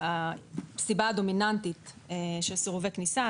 הסיבה הדומיננטית של סירובי כניסה,